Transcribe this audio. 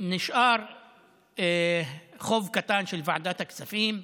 נשאר חוב קטן של ועדת הכספים,